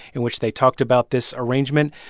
in which they talked about this arrangement.